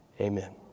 amen